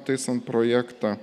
taisant projektą